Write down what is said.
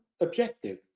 objective